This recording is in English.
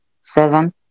seven